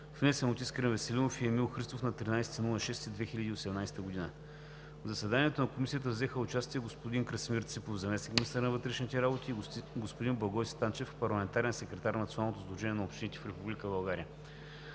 внесен от Искрен Веселинов и Емил Христов на 13 юни 2018 г. В заседанието на Комисията взеха участие господин Красимир Ципов – заместник-министър на вътрешните работи, и господин Благой Станчев – парламентарен секретар на Националното сдружение на общините в Република България.